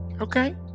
okay